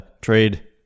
trade